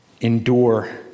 Endure